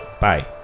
Bye